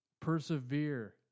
persevere